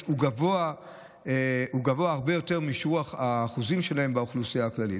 הוא גבוה הרבה יותר משיעור האחוזים שלהם באוכלוסייה הכללית.